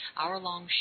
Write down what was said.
hour-long